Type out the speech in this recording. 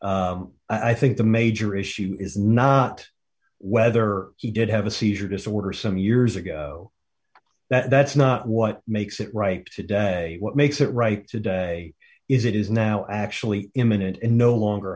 but i think the major issue is not whether he did have a seizure disorder some years ago that's not what makes it right today what makes it right today is it is now actually imminent and no longer